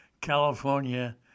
California